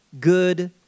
good